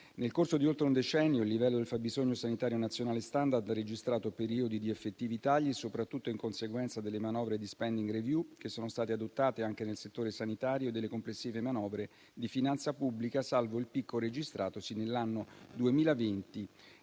Nel corso di oltre un decennio il livello del fabbisogno sanitario nazionale *standard* ha registrato periodi di effettivi tagli, soprattutto in conseguenza delle manovre di *spending review* che sono state adottate anche nel settore sanitario e delle complessive manovre di finanza pubblica, salvo il picco registratosi nell'anno 2020,